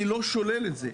אני לא שולל את זה,